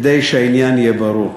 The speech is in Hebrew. כדי שהעניין יהיה ברור,